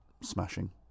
smashing